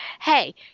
Hey